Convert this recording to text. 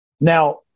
Now